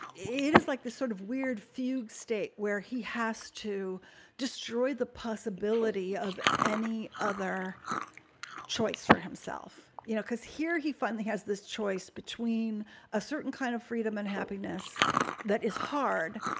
it is like this sort of weird fugue state where he has to destroy the possibility of any other choice for himself. you know, because here he finally has this choice between a certain kind of freedom and happiness that is hard.